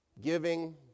Giving